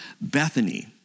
Bethany